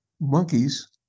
monkeys